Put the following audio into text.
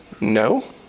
no